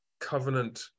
covenant